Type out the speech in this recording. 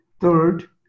Third